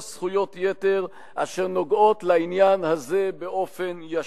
זכויות יתר אשר נוגעות לעניין הזה באופן ישיר.